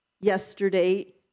yesterday